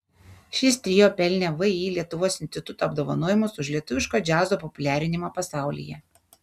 šis trio pelnė vį lietuvos instituto apdovanojimą už lietuviško džiazo populiarinimą pasaulyje